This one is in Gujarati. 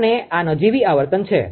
અને આ નજીવી આવર્તન છે